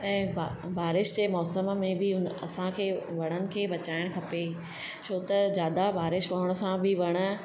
ऐं ब बारिश जे मौसम में बि उन असांखे वणनि खे बचाइण खपे छो त ज्यादा बारिश पवण सां बि वण